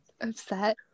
upset